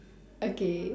okay